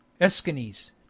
escanes